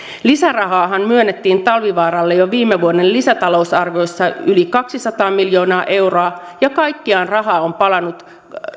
lisärahaahan myönnettiin talvivaaralle jo viime vuoden lisätalousarvioissa yli kaksisataa miljoonaa euroa ja kaikkiaan rahaa on palanut